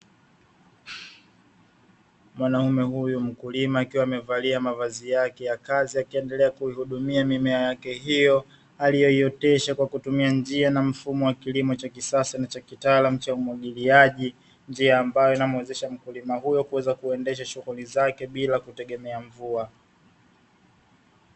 Mwanaume huyu mkulima akiwa amevalia mavazi yake ya kazi, akiendelea kuihudumia mimea yake hiyo aliyoiotesha kwa kutumia njia na mfumo wa kilimo cha kisasa na cha kitaalamu cha umwagiliaji, njia ambayo inamwezesha mkulima huyo kuweza kuendesha shughuli zake bila kutegemea mvua.